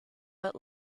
but